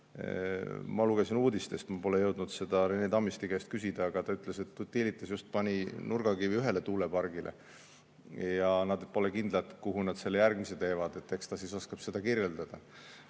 Ma lugesin uudistest – ma pole jõudnud seda veel Rene Tammisti käest küsida –, et ta ütles, et Utilitas just pani nurgakivi ühele tuulepargile ja nad pole kindlad, kuhu nad järgmise teevad. Eks ta oskab seda kirjeldada.